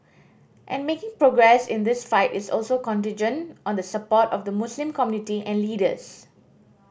and making progress in this fight is also contingent on the support of the Muslim community and leaders